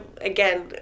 again